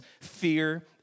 fear